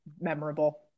memorable